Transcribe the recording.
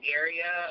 area